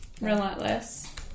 Relentless